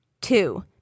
Two